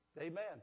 Amen